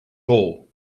all